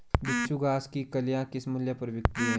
बिच्छू घास की कलियां किस मूल्य पर बिकती हैं?